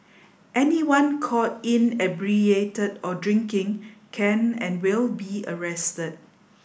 anyone caught inebriated or drinking can and will be arrested